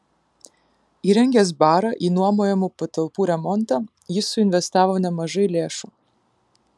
įrengęs barą į nuomojamų patalpų remontą jis suinvestavo nemažai lėšų